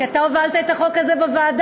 כי אתה הובלת את החוק הזה בוועדה.